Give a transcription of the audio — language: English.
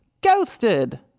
Ghosted